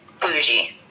bougie